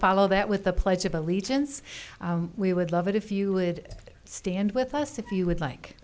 follow that with the pledge of allegiance we would love it if you would stand with us if you would like